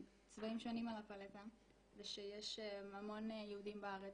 צבעים שונים על הפלטה ושיש המון יהודים בארץ,